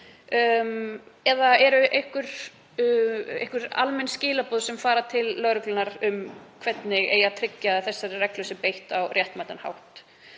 eða eru einhver almenn skilaboð sem fara til lögreglunnar um hvernig eigi að tryggja að þessari reglu sé beitt á réttmætan hátt?